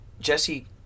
Jesse